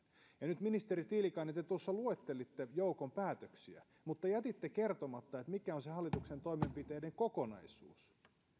ja nyt ministeri tiilikainen te luettelitte joukon päätöksiä mutta jätitte kertomatta mikä on se hallituksen toimenpiteiden kokonaisuus